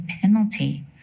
penalty